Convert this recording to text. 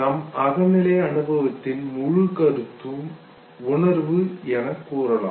நம் அகநிலை அனுபவத்தின் முழு கருத்தும் உணர்வு எனக் கூறலாம்